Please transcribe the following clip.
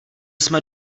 jsme